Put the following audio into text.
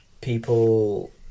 people